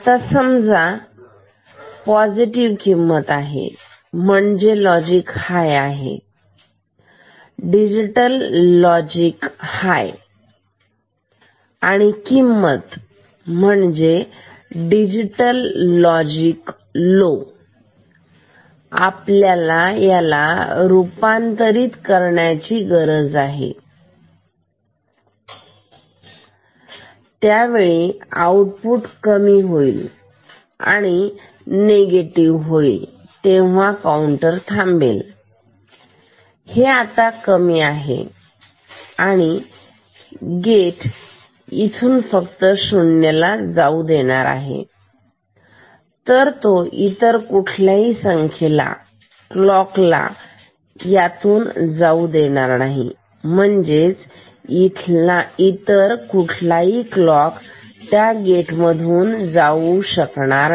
आता समजा पॉझिटिव्ह किंमत आहे म्हणजे लॉजिक हाय आहे डिजिटल लॉजिक हाय आणि डिजिटल लॉजिक लो आपल्याला गरज आहे याला रूपांतरित करण्याची हे असा आहे तर ज्यावेळी आउटपुट कमी होईल व निगेटिव्ह होईल तेव्हा काउंटर थांबेल कारण हे आता कमी आहे तर गेट तिथून फक्त शून्य ला जाऊ देईल तर तो इतर कुठल्याही संख्येला क्लॉक ला जाऊ देणार नाही म्हणजे इतर कुठलाही क्लॉक त्या गेटमधून जाऊ शकणार नाही